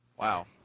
Wow